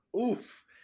oof